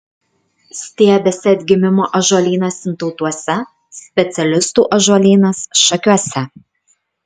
stiebiasi atgimimo ąžuolynas sintautuose specialistų ąžuolynas šakiuose